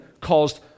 caused